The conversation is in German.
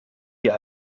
hier